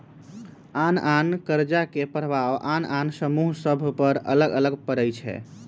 आन आन कर्जा के प्रभाव आन आन समूह सभ पर अलग अलग पड़ई छै